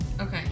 Okay